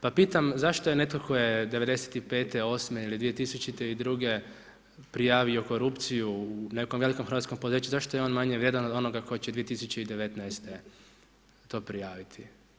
Pa pitam, zašto je netko tko je '95., '98. ili 2002. prijavio korupciju u nekom velikom hrvatskom poduzeću, zašto je on manje vrijedan, od onoga tko će 2019. to prijaviti?